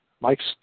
Mike's